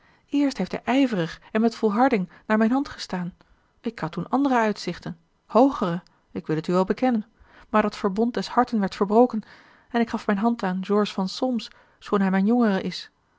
eerst heeft hij ijverig en met volharding naar mijne hand gestaan ik had toen andere uitzichten hoogere ik wil het u wel bekennen maar dat verbond des osboom oussaint e elftsche verbroken en ik gaf mijne hand aan george van solms schoon hij mijn jongere is